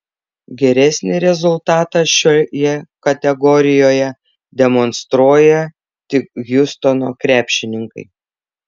geresnį rezultatą šioje kategorijoje demonstruoja tik hjustono krepšininkai